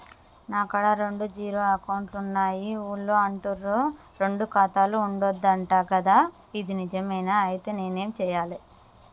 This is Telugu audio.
నా కాడా రెండు జీరో అకౌంట్లున్నాయి ఊళ్ళో అంటుర్రు రెండు ఖాతాలు ఉండద్దు అంట గదా ఇది నిజమేనా? ఐతే నేనేం చేయాలే?